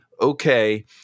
okay